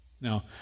Now